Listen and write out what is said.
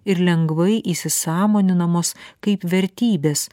ir lengvai įsisąmoninamos kaip vertybės